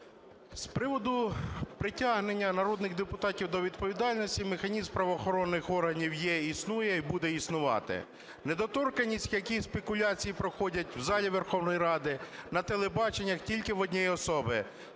З приводу притягнення народних депутатів до відповідальності механізм правоохоронних органів є і існує, і буде існувати. Недоторканність, які спекуляції проходять в залі Верховної Ради, на телебаченні тільки в однієї особи –